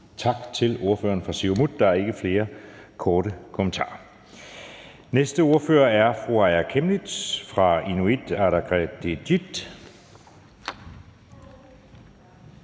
Tak til ordføreren fra Siumut. Der er ikke flere korte bemærkninger. Den næste ordfører er fru Aaja Chemnitz fra Inuit Ataqatigiit.